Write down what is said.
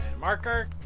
Marker